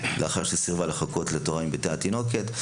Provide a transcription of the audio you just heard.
לאחר שסירבה לחכות לתורה עם ביתה התינוקת.